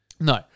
No